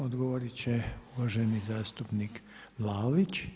Odgovorit će uvaženi zastupnik Vlaović.